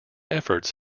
efforts